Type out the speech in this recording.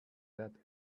that